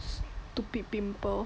stupid pimple